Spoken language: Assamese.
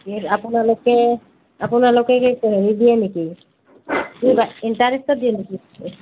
আপোনালোকে আপোনালোকে হেৰি দিয়ে নেকি ইণ্টাৰেষ্টত দিয়ে নেকি